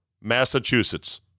Massachusetts